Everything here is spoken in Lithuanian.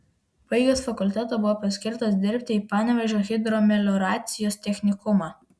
baigęs fakultetą buvo paskirtas dirbti į panevėžio hidromelioracijos technikumą